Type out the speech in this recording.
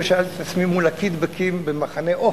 ושאלתי את עצמי מול הקיטבגים במחנה-עופר,